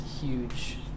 huge